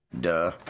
Duh